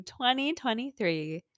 2023